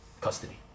custody